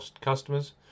customers